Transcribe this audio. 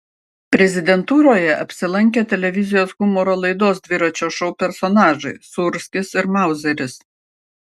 prezidentūroje apsilankė televizijos humoro laidos dviračio šou personažai sūrskis ir mauzeris